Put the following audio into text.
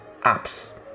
apps